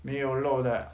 没有肉的